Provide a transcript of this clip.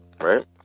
Right